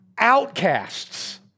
outcasts